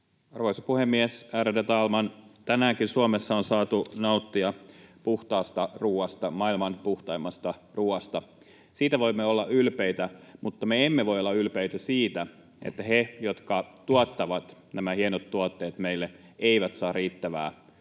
Arvoisa puhemies, ärade talman! Tänäänkin Suomessa on saatu nauttia puhtaasta ruuasta, maailman puhtaimmasta ruuasta. Siitä voimme olla ylpeitä, mutta me emme voi olla ylpeitä siitä, että he, jotka tuottavat nämä hienot tuotteet meille, eivät saa riittävää